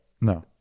No